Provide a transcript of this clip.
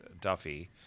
Duffy